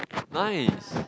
nice